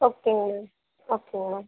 ஓகேங்க மேம் ஓகேங்க மேம்